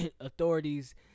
authorities